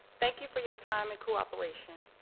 thank you for your time and cooperation.